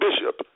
Bishop